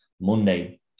Monday